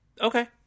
Okay